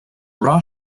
raw